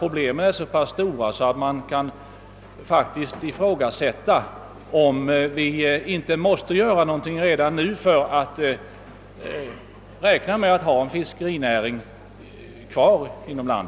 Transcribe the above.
Problemen är så pass stora, att man faktiskt kan ifrågasätta om vi inte måste göra något redan nu för att vi skall kunna räkna med att behålla en fiskerinäring i vårt land.